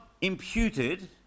imputed